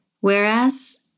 Whereas